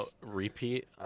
repeat